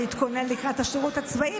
להתכונן לקראת השירות הצבאי.